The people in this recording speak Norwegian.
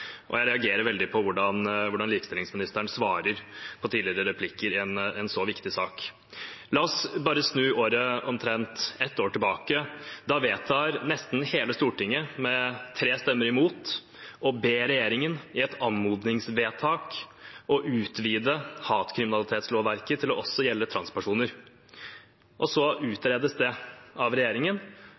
anmodningsvedtak. Jeg reagerer veldig på hvordan likestillingsministeren svarer på replikker i en så viktig sak. La oss gå omtrent ett år tilbake. Da vedtar nesten hele Stortinget, med tre stemmer imot, å be regjeringen, i et anmodningsvedtak, om å utvide hatkriminalitetslovverket til også å gjelde transpersoner. Så utredes det av regjeringen,